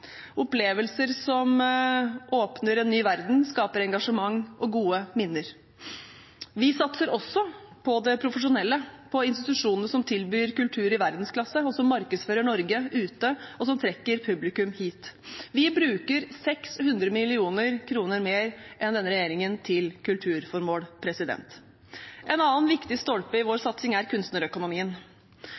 opplevelser som åpner en ny verden, skaper engasjement og gode minner. Vi satser også på det profesjonelle, på institusjonene som tilbyr kultur i verdensklasse, som markedsfører Norge ute, og som trekker publikum hit. Vi bruker 600 mill. kr mer enn denne regjeringen til kulturformål. En annen viktig stolpe i vår satsing er kunstnerøkonomien.